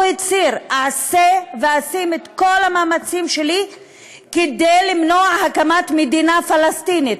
הוא הצהיר: אעשה את כל המאמצים שלי כדי למנוע הקמת מדינה פלסטינית.